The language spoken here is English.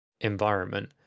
environment